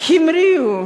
המריאו